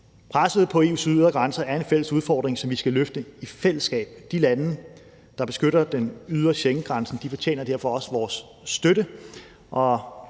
Presset på EU's ydre grænser er en fælles udfordring, som vi skal løfte i fællesskab. De lande, der beskytter den ydre Schengengrænse fortjener derfor også vores støtte,